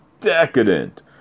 Decadent